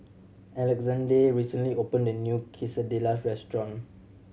Alexande recently opened a new Quesadillas restaurant